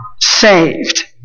saved